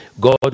God